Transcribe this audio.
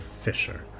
Fisher